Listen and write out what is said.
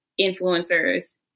influencers